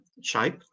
shape